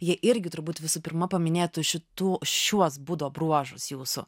jie irgi turbūt visų pirma paminėtų šitų šiuos būdo bruožus jūsų